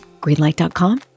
Greenlight.com